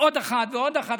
ועוד אחת, ועוד אחת.